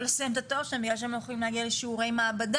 לסיים את התואר שלהם בגלל שהם לא יכולים להגיע לשיעורי מעבדה.